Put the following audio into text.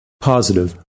Positive